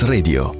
Radio